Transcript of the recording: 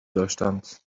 داشتند